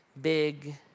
big